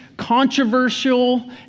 Controversial